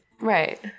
Right